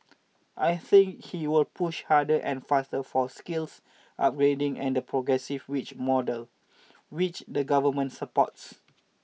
I think he will push harder and faster for skills upgrading and the progressive wage model which the government supports